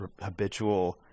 habitual